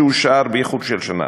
שאושר באיחור של שנה.